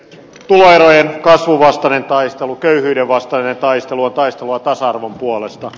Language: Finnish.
tuloerojen kasvun vastainen taistelu köyhyyden vastainen taistelu on taistelua tasa arvon puolesta